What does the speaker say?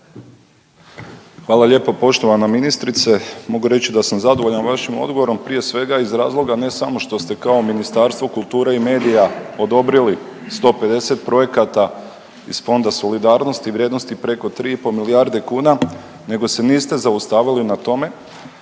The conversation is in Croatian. Hvala lijepo poštovana ministrice. Mogu reći da sam zadovoljan vašim odgovorom, prije svega iz razloga ne samo što ste kao Ministarstvo kulture i medija odobrili 150 projekata iz Fonda solidarnosti vrijednosti preko 3,5 milijarde kuna nego se niste zaustavili na tome,